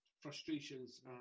frustrations